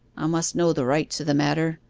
i must know the rights of the matter,